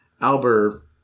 Albert